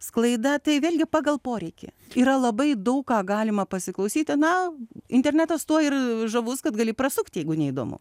sklaida tai vėlgi pagal poreikį yra labai daug ką galima pasiklausyti na internetas tuo ir žavus kad gali prasukti jeigu neįdomu